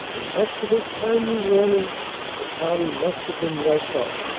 and but for this timely warning the party must have been wiped out.